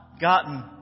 gotten